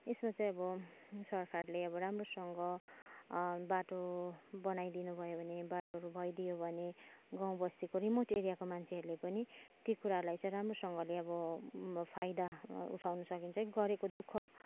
यसमा चाहिँ अब सरकारले अब राम्रोसँग बाटो बनाइदिनुभयो भने बाटोहरू भइदियो भने गाउँ बस्तीको रिमोट एरियाको मान्छेहरूले पनि ती कुराहरूलाई चाहिँ राम्रोसँगले अब फाइदा उठाउँन सकिन्छ कि गरेको दु ख